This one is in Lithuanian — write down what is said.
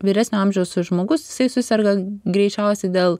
vyresnio amžiaus žmogus jisai suserga greičiausiai dėl